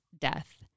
death